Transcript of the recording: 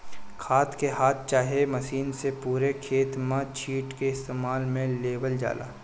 खाद के हाथ चाहे मशीन से पूरे खेत में छींट के इस्तेमाल में लेवल जाला